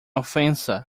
ofensa